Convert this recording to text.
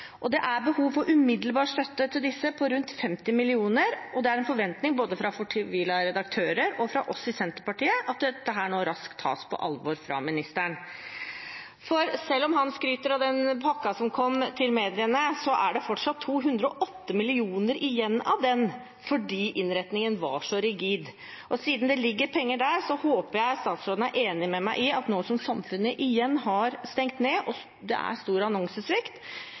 Det er behov for en umiddelbar støtte til disse på rundt 50 mill. kr. Det er en forventning fra både fortvilede redaktører og oss i Senterpartiet at dette raskt tas på alvor av ministeren. Selv om han skryter av den pakken som kom til mediene, er det fortsatt 208 mill. kr igjen av den, fordi innretningen var så rigid. Siden det ligger penger der, håper jeg at statsråden er enig med meg, og at han – nå som samfunnet igjen har stengt ned, og det er stor annonsesvikt